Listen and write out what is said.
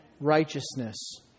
righteousness